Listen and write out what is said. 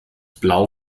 blau